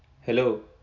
Hello